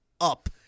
up